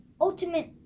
ultimate